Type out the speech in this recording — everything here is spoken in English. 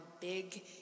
big